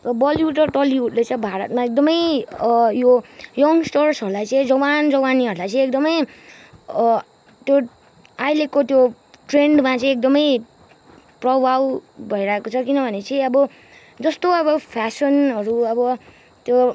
Bollywood र टलिुडले चाहिँ भारतमा एकदमै यो यङ्ग्सटर्सहरूलाई चाहिँ जवान जवानीहरलाई चाहिँ एकदमै त्यो अहिलेको त्यो ट्रेन्डमा चाहिँ एकदमै प्रभाव भइरहेको छ किनभने चाहिँ अब जस्तो अब फेसनहरू अब त्यो